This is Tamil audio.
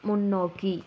முன்னோக்கி